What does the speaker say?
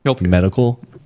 medical